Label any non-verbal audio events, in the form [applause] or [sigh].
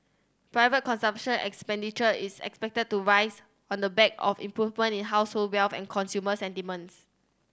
private consumption expenditure is expected to rise on the back of [unintelligible] in household wealth and consumer sentiments